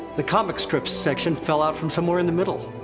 the comic strip section fell out from somewhere in the middle.